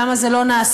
למה זה לא נעשה?